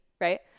right